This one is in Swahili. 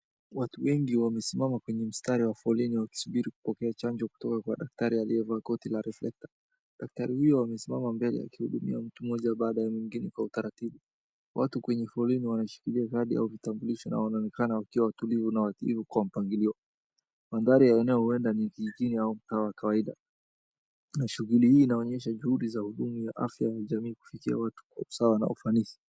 Watu wengi wamesima kwenye mstari wa foleni wakisubiri kupokea chanjo kutoka daktari aliyevaa koti la reflector. Daktari huyo amesimama mbele akihudumia mtu mmoja baada ya mwingine kwa utaratibu. Watu kwenye foleni wanashikilia kadi au vitambulisho na wanaonekana wakiwa watulivu na watiivu kwa mpangilio. Mandhari ya eneo huenda ni kijijini au mtaa wa kawaida. Na shughuli hii inaonyesha juhudi za hudumu ya afya ya jamii kufikia watu kwa usawa na ufanisi.